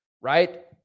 right